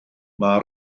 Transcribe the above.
mae